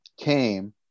came